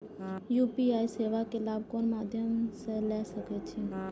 UPI सेवा के लाभ कोन मध्यम से ले सके छी?